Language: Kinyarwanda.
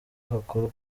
hakorwa